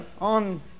on